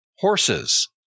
horses